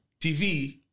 TV